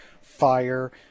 fire